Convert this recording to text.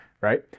right